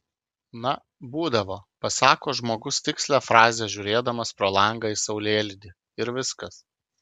na būdavo pasako žmogus tikslią frazę žiūrėdamas pro langą į saulėlydį ir viskas